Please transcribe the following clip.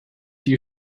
you